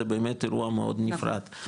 זה באמת אירוע מאוד נפרד,